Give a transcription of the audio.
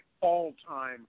all-time